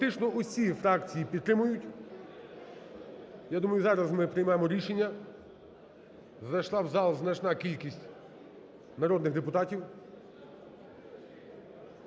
Фактично усі фракції підтримують. Я думаю, зараз ми приймемо рішення. Зайшла в зал значна кількість народних депутатів.